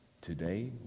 Today